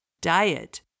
diet